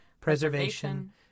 preservation